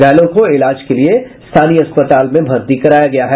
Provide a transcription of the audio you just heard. घायलों को इलाज के लिए स्थानीय अस्पताल में भर्ती कराया गया है